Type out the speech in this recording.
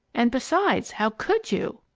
and besides, how could you?